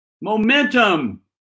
Momentum